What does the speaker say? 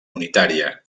unitària